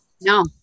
No